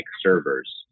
servers